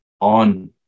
on